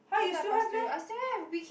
make up costume I still have we keep